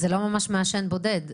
זה לא ממש מעשן בודד,